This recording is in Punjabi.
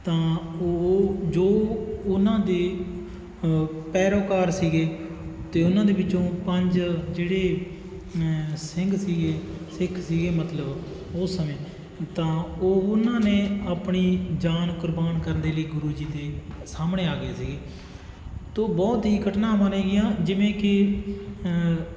ਤਾਂ ਉਹ ਜੋ ਉਹਨਾਂ ਦੇ ਪੈਰੋਕਾਰ ਸੀਗੇ ਅਤੇ ਉਹਨਾਂ ਦੇ ਵਿੱਚੋਂ ਪੰਜ ਜਿਹੜੇ ਸਿੰਘ ਸੀਗੇ ਸਿੱਖ ਸੀਗੇ ਮਤਲਬ ਉਸ ਸਮੇਂ ਤਾਂ ਉਹ ਉਹਨਾਂ ਨੇ ਆਪਣੀ ਜਾਨ ਕੁਰਬਾਨ ਕਰਨ ਦੇ ਲਈ ਗੁਰੂ ਜੀ ਦੇ ਸਾਹਮਣੇ ਆ ਗਏ ਸੀਗੇ ਤੋ ਬਹੁਤ ਹੀ ਘਟਨਾਵਾਂ ਨੇ ਗੀਆਂ ਜਿਵੇਂ ਕਿ